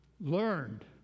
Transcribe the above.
learned